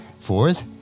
Fourth